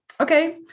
okay